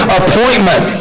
appointment